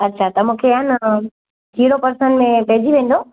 अछा त मूंखे आहे न जीरो पर्सेंट में पइजी वेंदो